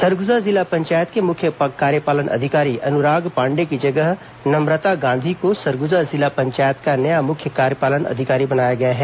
सरगुजा जिला पंचायत के मुख्य कार्यपालन अधिकारी अनुराग पांडेय की जगह नम्रता गांधी को सरगुजा जिला पंचायत का नया मुख्य कार्यपालन अधिकारी बनाया गया है